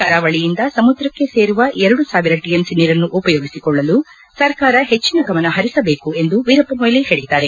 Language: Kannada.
ಕರಾವಳಿಯಿಂದ ಸಮುದ್ರಕ್ಕೆ ಸೇರುವ ಎರಡು ಸಾವಿರ ಟಿಎಂಸಿ ನೀರನ್ನು ಉಪಯೋಗಿಸಿಕೊಳ್ಳಲು ಸರ್ಕಾರ ಹೆಚ್ಚಿನ ಗಮನ ಹರಿಸಬೇಕು ಎಂದು ವೀರಪ್ಪ ಮೊಯ್ಲಿ ಹೇಳಿದ್ದಾರೆ